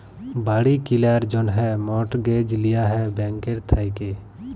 বাড়ি কিলার জ্যনহে মর্টগেজ লিয়া হ্যয় ব্যাংকের থ্যাইকে